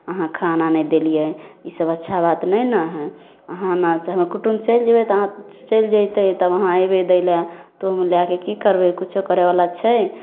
अहाँ खाना नहि देलिए ईसब अच्छा बात नहि ने हइ ओनासे हमर कुटुम चलि जेबै चलि जैतै तब अहाँ अएबै दैलए तऽ हम ओ लैकऽ कि करबै किछु करऽवला छै